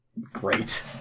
Great